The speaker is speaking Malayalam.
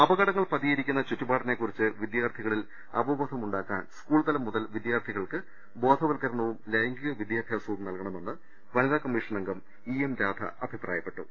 അപകടങ്ങൾ പതിയിരിക്കുന്ന ചുറ്റുപാടിനെകുറിച്ച് വിദ്യാർഥികളിൽ അവബോധം ഉണ്ടാക്കാൻ സ്കൂൾതലം മുതൽ വിദ്യാർഥികൾക്ക് ബോധവൽക്കരണവും ലൈംഗിക വിദ്യാഭ്യാസവും നൽകണമെന്ന് വനിതാ കമ്മീഷൻ അംഗം ഇ എം രാധ അഭിപ്രായപ്പെട്ടു